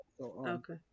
okay